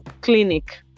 clinic